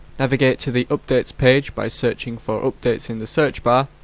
navigate to the updates page by searching for updates in the search bar.